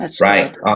right